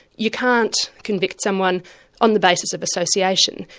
you can't convict someone on the basis of association,